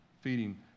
feeding